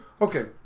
Okay